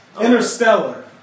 Interstellar